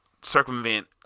circumvent